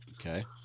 okay